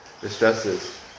distresses